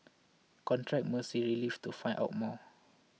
contact Mercy Relief to find out more